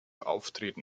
auftreten